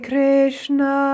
Krishna